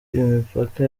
imipaka